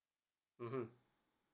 mmhmm